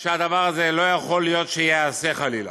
שהדבר הזה, לא יכול להיות שייעשה, חלילה.